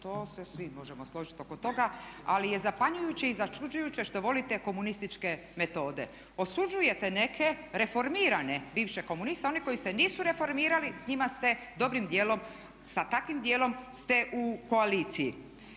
To se svi možemo složiti oko toga, ali je zapanjujuće i začuđujuće što volite komunističke metode. Osuđujete neke reformirane bivše komuniste, oni koji se nisu reformirali s njima ste dobrim djelom, sa takvim djelom ste u koaliciji.